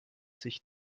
sich